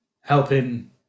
helping